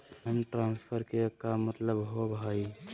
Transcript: Fund transfer के का मतलब होव हई?